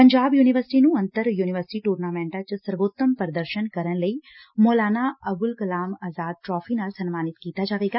Punjab university ਨੂੰ ਅੰਤਰ university tournament ਚ ਸਰਵੋਤਮ ਪ੍ਰਦਰਸ਼ਨ ਕਰਨ ਲਈ ਮੌਲਾਨਾ ਅਬੁਲ ਕਲਾਮ ਅਜ਼ਾਦ ਟੇਰਾਫੀ ਨਾਲ ਸਨਮਾਨਿਤ ਕੀਤਾ ਜਾਏਗਾ